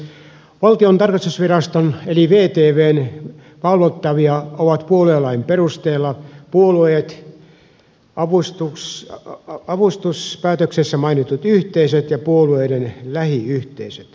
valtion tarkastusviraston eli vtvn valvottavia ovat puoluelain perusteella puolueet avustuspäätöksessä mainitut yhteisöt ja puolueiden lähiyhteisöt